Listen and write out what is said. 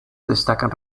destacan